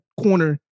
corner